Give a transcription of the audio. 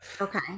Okay